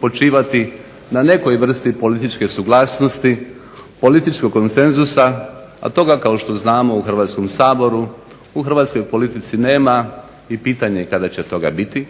počivati na nekoj vrsti političke suglasnosti, političkog konsenzusa, a toga kao što znamo u Hrvatskom saboru, u hrvatskoj politici nema i pitanje je kada će toga biti.